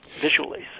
visually